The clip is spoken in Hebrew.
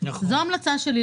זו ההמלצה שלי,